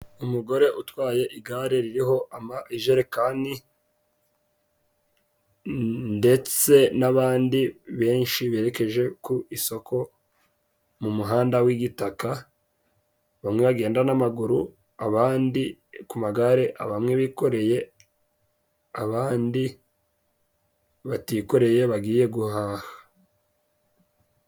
Umugore utwaye igare ririho amajerekani. Ndetse n'abandi benshi berekeje ku isoko mu muhanda w'igitaka bamwe bagenda n'amaguru abandi ku magare bamwe bikoreye abandi batikoreye bagiye guhaha.